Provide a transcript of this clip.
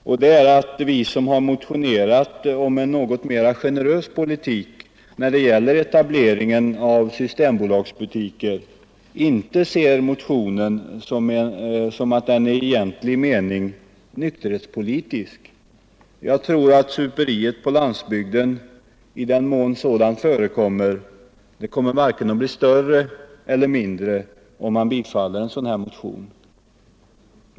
Det är den hälsningen att vi som har motionerat om en något mer generös politik när det gäller etableringen av systembolagsbutiker inte ser motionen som i egentlig mening nykterhetspolitisk. Jag tror att superiet på landsbygden = i den mån det förekommer — blir varken större eller mindre om riksdagen bifaller en sådan motion.